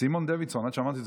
טלי גוטליב, אני לא מאמין,